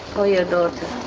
ah your daughter,